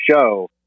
show